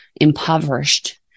impoverished